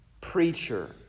preacher